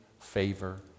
favor